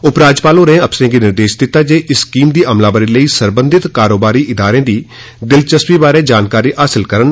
उपराज्यपाल होरें अफसरें गी निर्देश दित्ता इस स्कीम दी अलमावरी लेई सरबंघत कारोबारी इदारें दी दिलचस्पी बारै जानकारी हासल करन